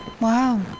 Wow